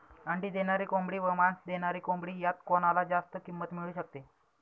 अंडी देणारी कोंबडी व मांस देणारी कोंबडी यात कोणाला जास्त किंमत मिळू शकते?